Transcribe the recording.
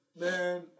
man